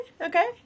okay